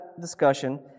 discussion